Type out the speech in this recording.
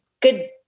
good